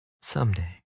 someday